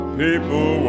people